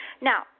Now